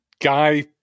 guy